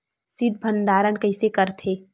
शीत भंडारण कइसे करथे?